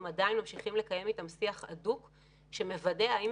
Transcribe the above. הם עדיין ממשיכים לקיים איתם שיח הדוק שמוודא שהם